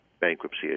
bankruptcy